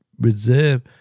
reserve